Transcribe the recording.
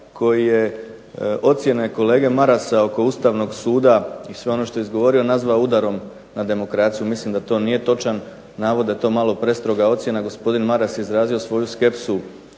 koji je ocjene kolege Marasa oko Ustavnog suda i sve ono što je izgovorio nazvao udarom na demokraciju. Mislim da to nije točan navod, da je to malo prestroga ocjena. Gospodin Maras je izrazio svoju skepsu